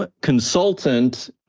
consultant